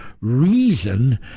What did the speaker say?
reason